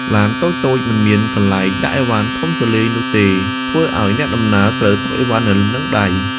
ឡានតូចៗមិនមានកន្លែងដាក់ឥវ៉ាន់ធំទូលាយនោះទេ ធ្វើឱ្យអ្នកដំណើរត្រូវទុកឥវ៉ាន់នៅនឹងដៃ។